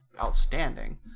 outstanding